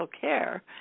care